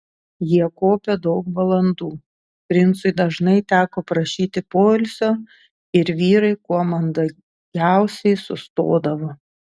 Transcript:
jie kopė daug valandų princui dažnai teko prašyti poilsio ir vyrai kuo mandagiausiai sustodavo